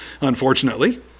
unfortunately